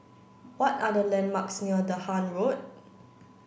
what are the landmarks near Dahan Road